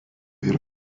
yra